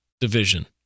division